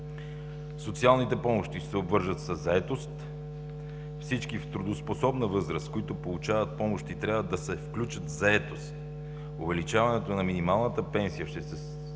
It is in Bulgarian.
Социалните помощи ще се обвържат със заетост. Всички в трудоспособна възраст, които получават помощи, трябва да се включат в заетост. Увеличаването на минималната пенсия ще се